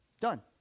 Done